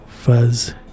fuzz